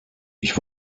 ich